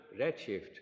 redshift